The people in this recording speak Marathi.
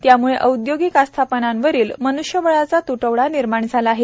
त्यामुळे औद्योगिक आस्थापनांवरील मन्ष्यबळाचा त्टवडा निर्माण झाला आहे